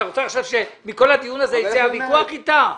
אתה רוצה שמכל הדיון הזה יצא הוויכוח אתה?